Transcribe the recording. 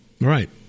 Right